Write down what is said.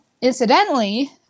Incidentally